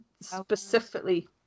specifically